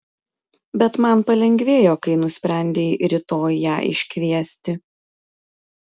bet man palengvėjo kai nusprendei rytoj ją iškviesti